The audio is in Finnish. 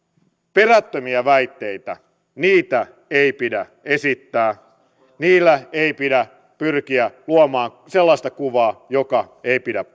perättömiä väitteitä ei pidä esittää niillä ei pidä pyrkiä luomaan sellaista kuvaa joka ei pidä